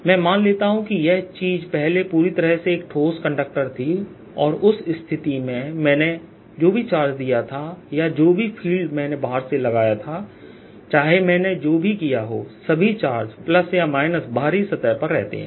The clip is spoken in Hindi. मैं मान लेता हूं कि यह चीज पहले पूरी तरह से एक ठोस कंडक्टर थी और उस स्थिति में मैंने जो भी चार्ज दिया था या जो भी फील्ड मैंने बाहर से लगाया था चाहे मैंने जो भी किया हो सभी चार्ज प्लस या माइनस बाहरी सतह पर रहते हैं